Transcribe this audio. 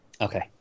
Okay